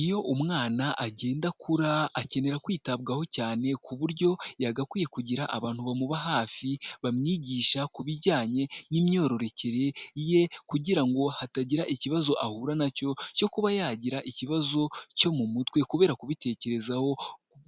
Iyo umwana agenda akura, akenera kwitabwaho cyane, ku buryo yagakwiye kugira abantu bamuba hafi, bamwigisha ku bijyanye n'imyororokere ye kugira ngo hatagira ikibazo ahura nacyo cyo kuba yagira ikibazo cyo mu mutwe kubera kubitekerezaho